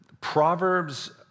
Proverbs